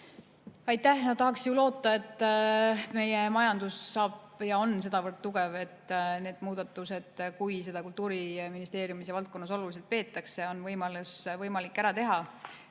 Aitäh! Jah, tahaks ju loota, et meie majandus saab sedavõrd tugevaks, et need muudatused, kui seda Kultuuriministeeriumis ja kogu valdkonnas oluliseks peetakse, on võimalik ära teha.